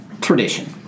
tradition